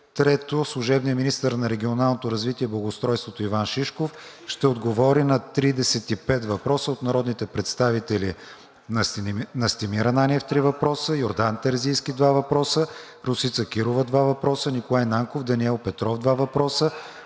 - служебният министър на регионалното развитие и благоустройството Иван Шишков ще отговори на 35 въпроса от народните представители Настимир Ананиев – три въпроса; Йордан Терзийски – два въпроса; Росица Кирова – два въпроса; Николай Нанков, Даниел Петров – два въпроса;